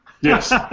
Yes